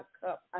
cup